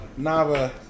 Nava